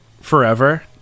forever